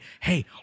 hey